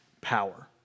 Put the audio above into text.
power